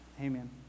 Amen